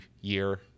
year